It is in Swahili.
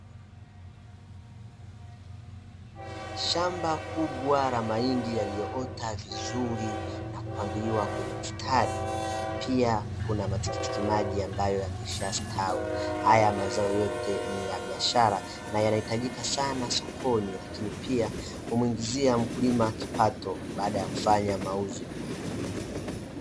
Shamba kubwa la mahindi yaliyoota vizuri na kupangiliwa kwenye mstari, pia kuna matikiti maji ambayo yameshastawi. Haya mazao yote ni ya biashara, na yanahitajika sana sokoni. Lakini pia humuingizia mkulima kipato baada ya kufanya mauzo.